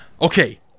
Okay